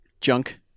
junk